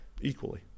equally